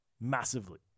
massively